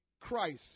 Christ